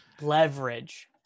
Leverage